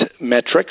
metrics